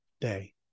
day